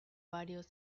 varios